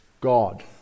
God